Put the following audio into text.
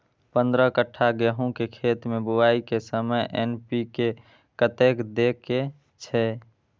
पंद्रह कट्ठा गेहूं के खेत मे बुआई के समय एन.पी.के कतेक दे के छे?